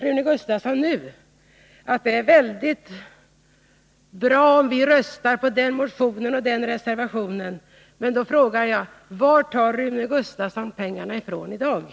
Rune Gustavsson säger nu att det är bra om vi röstar på reservation 12. Jag frågar då: Varifrån vill Rune Gustavsson ta pengarna?